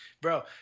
Bro